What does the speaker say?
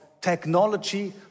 technology